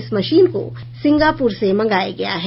इस मशीन को सिंगापुर से मंगाया गया है